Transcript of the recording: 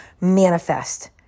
manifest